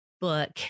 book